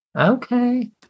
Okay